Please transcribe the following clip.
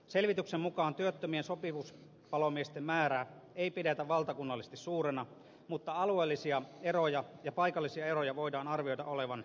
selvityksen mukaan työttömien sopimuspalomiesten määrää ei pidetä valtakunnallisesti suurena mutta alueellisten ja paikallisten erojen voidaan arvioida olevan merkittäviä